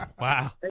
Wow